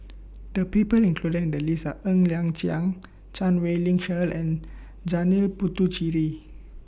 The People included in The list Are Ng Liang Chiang Chan Wei Ling Cheryl and Janil Puthucheary